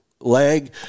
leg